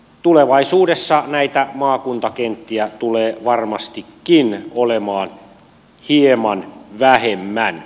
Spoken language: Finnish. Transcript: tulevaisuudessa näitä maakuntakenttiä tulee varmastikin olemaan hieman vähemmän